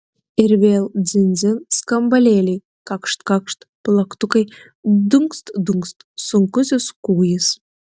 ir vėl dzin dzin skambalėliai kakšt kakšt plaktukai dunkst dunkst sunkusis kūjis